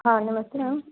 हाँ नमस्ते मैम